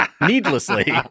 needlessly